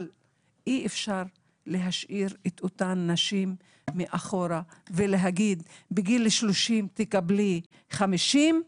אבל אי אפשר להשאיר את אותן נשים מאחור ולהגיד שבגיל 30 הן יקבלו 50,